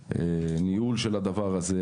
ניהול של הדבר הזה,